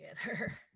together